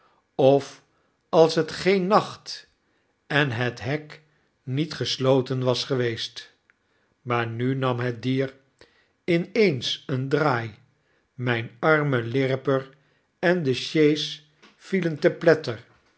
of als het geen nacht en het hek niet gesloten was geweest maar nu nam het dier in eens een draai myn arme lirriper en de sjees vielen te pletter